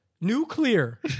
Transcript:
nuclear